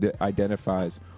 identifies